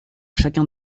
chacun